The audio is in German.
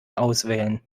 auswählen